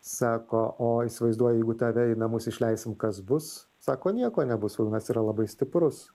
sako o įsivaizduoji jeigu tave į namus išleisim kas bus sako nieko nebus svajūnas yra labai stiprus